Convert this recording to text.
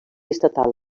estatal